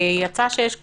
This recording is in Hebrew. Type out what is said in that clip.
ויצא שיש קורונה,